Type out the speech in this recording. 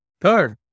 Third